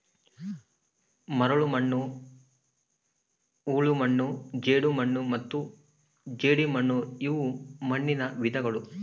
ಮರಳುಮಣ್ಣು ಹೂಳುಮಣ್ಣು ಜೇಡಿಮಣ್ಣು ಮತ್ತು ಜೇಡಿಮಣ್ಣುಇವು ಮಣ್ಣುನ ವಿಧಗಳು